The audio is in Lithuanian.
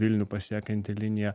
vilnių pasiekianti linija